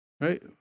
right